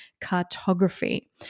cartography